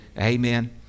Amen